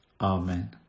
Amen